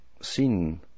seen